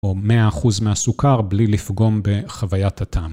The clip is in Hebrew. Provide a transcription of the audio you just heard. או 100% מהסוכר בלי לפגום בחוויית הטעם.